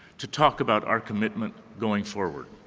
to talk about our commitment going forward.